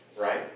right